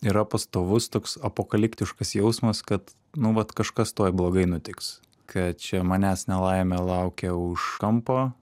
yra pastovus toks apokaliptiškas jausmas kad nu vat kažkas tuoj blogai nutiks kad čia manęs nelaimė laukia už kampo